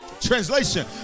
Translation